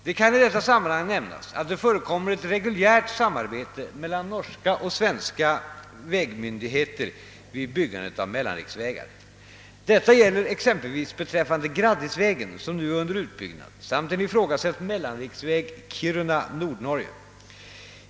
Det kan i detta sammanhang nämnas att det förekommer ett reguljärt samarbete mellan norska och svenska vägmyndigheter vid byggandet av mellanriksvägar. Detta gäller exempelvis beträffande Graddisvägen, som nu är un der utbyggnad, samt en ifrågasatt mellanriksväg Kiruna—Nordnorge.